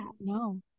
no